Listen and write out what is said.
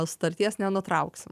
sutarties nenutrauksim